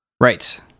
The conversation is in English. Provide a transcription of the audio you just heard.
right